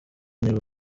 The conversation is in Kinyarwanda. nibo